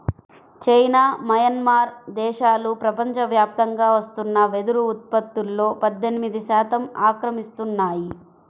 China, Myanmar దేశాలు ప్రపంచవ్యాప్తంగా వస్తున్న వెదురు ఉత్పత్తులో పద్దెనిమిది శాతం ఆక్రమిస్తున్నాయి